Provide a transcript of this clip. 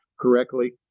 correctly